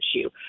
issue